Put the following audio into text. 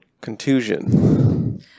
Contusion